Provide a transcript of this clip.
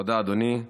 תודה, אדוני.